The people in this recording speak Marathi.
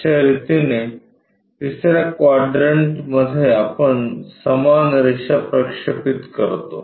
अश्या रितीने तिसऱ्या क्वाड्रंटमध्ये आपण समान रेषा प्रक्षेपित करतो